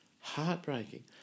heartbreaking